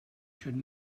should